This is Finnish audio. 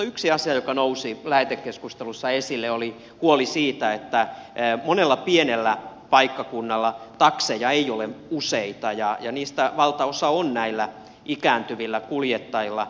yksi asia joka nousi lähetekeskustelussa esille oli huoli siitä että monella pienellä paikkakunnalla takseja ei ole useita ja niistä valtaosa on näillä ikääntyvillä kuljettajilla